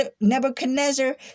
Nebuchadnezzar